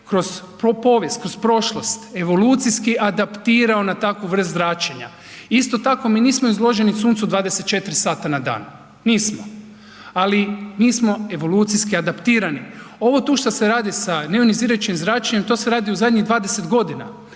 kroz povijest, kroz prošlost evolucijski adaptirao na takvu vrst zračenja. Isto tako mi nismo izloženi suncu 24 sata na dan, ali mi smo evolucijski adaptirani. Ovo tu šta se radi sa neionizirajućim zračenjem to se radi u zadnjih 20 godina,